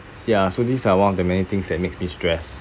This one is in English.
ya so these are one of the many things that makes me stressed as well